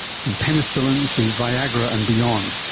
from penicillin to viagra and beyond.